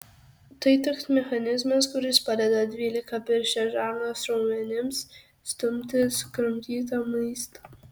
tai toks mechanizmas kuris padeda dvylikapirštės žarnos raumenims stumti sukramtytą maistą